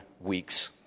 weeks